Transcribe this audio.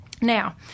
Now